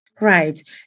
Right